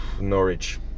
Norwich